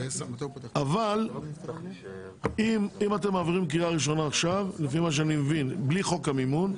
אבל אם אתם מעבירים קריאה ראשונה עכשיו בלי חוק המימון,